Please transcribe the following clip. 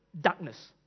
darkness